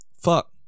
Fuck